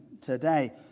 today